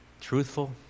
truthful